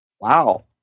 Wow